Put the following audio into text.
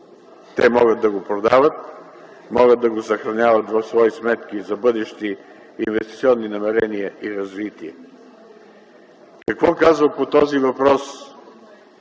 Те могат да го продават, могат да го съхраняват в свои сметки за бъдещи инвестиционни намерения и развитие. Какво казва по този въпрос